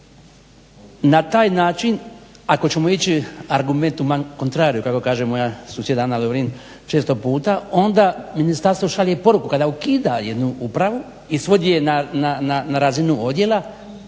na taj način ako ćemo ići argumentima kontrario kako kaže moja susjeda Ana Lovrin često puta onda ministarstvo šalje poruku kada ukida jednu upravu i svodi je na razinu odjela,